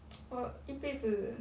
我一辈子